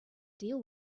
deal